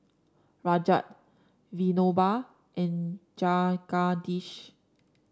Rajat Vinoba and Jagadish